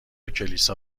کلیسا